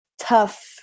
Tough